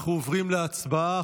אנחנו עוברים להצבעה.